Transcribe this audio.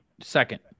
second